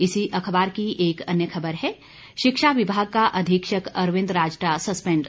इसी अखबार की एक अन्य खबर है शिक्षा विभाग का अधीक्षक अरविंद राजटा सस्पेंड